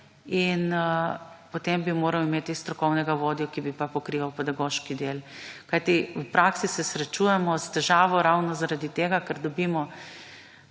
in potem bi moral imeti strokovnega vodja, ki bi pa pokrival pedagoški del. Kajti v praksi se sprašujemo s težavo ravno zaradi tega, ker dobimo